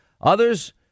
Others